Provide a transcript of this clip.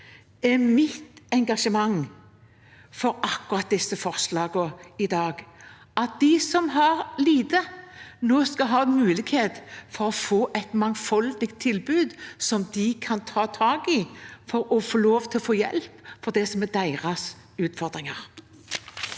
Dette er mitt engasjement for akkurat disse forslagene i dag – at de som har lite, nå skal få muligheten til å få et mangfoldig tilbud de kan ta tak i for å få hjelp med det som er deres utfordringer.